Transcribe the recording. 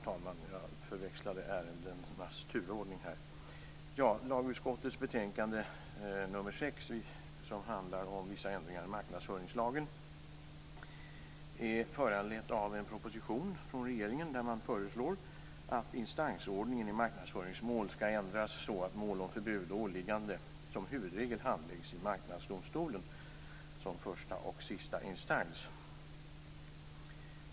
Jag förväxlade ärendenas turordning här. Lagutskottets betänkande nr 6, som handlar om vissa ändringar i marknadsföringslagen, är föranlett av en proposition från regeringen där man förslår att instansordningen i marknadsföringsmål skall ändras så att mål om förbud och åläggande som huvudregel handläggs i Marknadsdomstolen som första och sista instans.